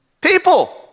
People